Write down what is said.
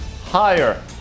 higher